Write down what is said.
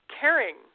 caring